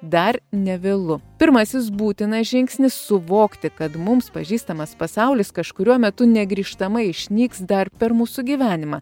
dar nevėlu pirmasis būtinas žingsnis suvokti kad mums pažįstamas pasaulis kažkuriuo metu negrįžtamai išnyks dar per mūsų gyvenimą